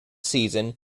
season